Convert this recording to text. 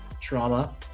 trauma